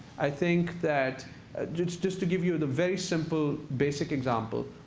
i think that just to give you the very simple, basic example,